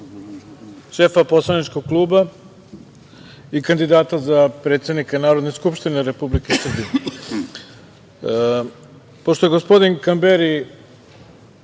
šefa poslaničkog kluba i kandidata za predsednika Narodne skupštine Republike Srbije. Pošto